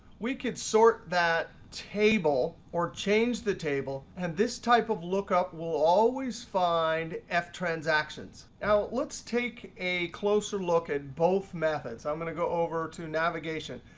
we can sort that table or change the table and this type of lookup will always find f transactions. now let's take a closer look at both methods. i'm going to go over to navigation.